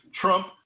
Trump